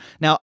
Now